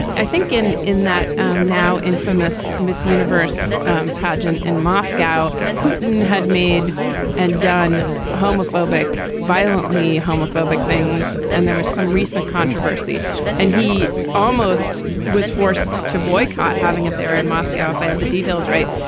i think in in that um now infamous miss universe pageant in moscow, putin had made and done homophobic, violently homophobic things. and there was some recent controversy and he almost was forced to boycott having it there in moscow. if i have the details right.